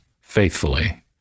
faithfully